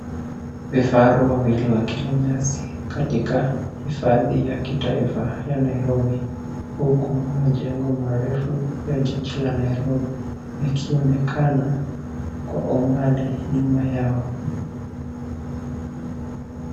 Vifaru wawili wakila nyasi katika hifadhi ya kitaifa ya Nairobi. Huku majengo marefu ya jiji la Nairobi yakionekana kwa umbali nyuma yao.